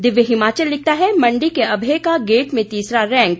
दिव्य हिमाचल लिखता है मंडी के अभय का गेट में तीसरा रैंक